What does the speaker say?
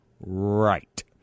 Right